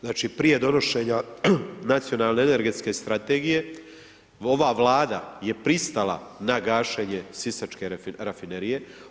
Znači prije donošenja nacionalne energetske strategije, ova vlada je pristala na gašenje sisačke rafinerije.